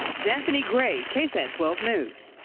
japhanie gray ksat twelve news.